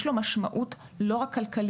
יש לו משמעות לא רק כלכלית.